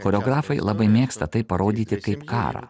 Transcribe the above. choreografai labai mėgsta tai parodyti kaip karą